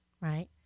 Right